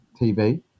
TV